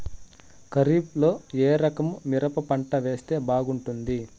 ఖరీఫ్ లో ఏ రకము మిరప పంట వేస్తే బాగుంటుంది